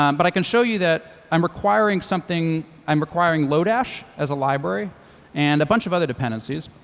um but i can show you that i'm requiring something. i'm requiring lodash as a library and a bunch of other dependencies.